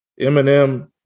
Eminem